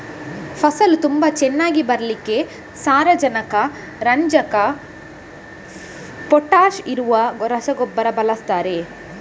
ಫಸಲು ತುಂಬಾ ಚೆನ್ನಾಗಿ ಬರ್ಲಿಕ್ಕೆ ಸಾರಜನಕ, ರಂಜಕ, ಪೊಟಾಷ್ ಇರುವ ರಸಗೊಬ್ಬರ ಬಳಸ್ತಾರೆ